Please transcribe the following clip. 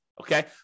Okay